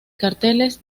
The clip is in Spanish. carteles